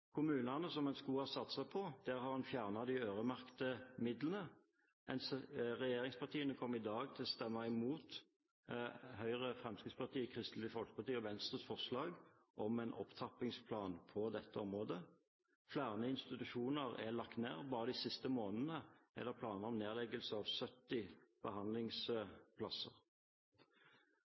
kommunene, som en skulle ha satset på, har en fjernet de øremerkede midlene. Regjeringspartiene kommer i dag til å stemme imot Høyre, Fremskrittspartiet, Kristelig Folkeparti og Venstres forslag om en opptrappingsplan på dette området. Flere institusjoner er lagt ned. Bare de siste månedene er det planer om nedleggelse av 70 behandlingsplasser.